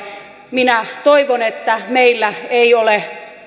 minä toivon että meillä ei ole